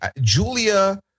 Julia